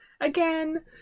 Again